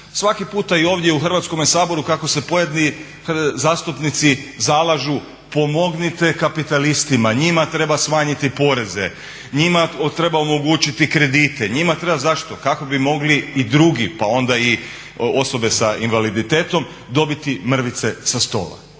svaki puta i ovdje u Hrvatskome saboru kako se pojedini zastupnici zalažu pomognite kapitalistima, njima treba smanjiti poreze, njima treba omogućiti kredite, njima treba zašto? Kako bi mogli i drugi, pa onda i osobe sa invaliditetom dobiti mrvice sa stola.